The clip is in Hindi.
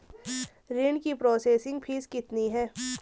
ऋण की प्रोसेसिंग फीस कितनी है?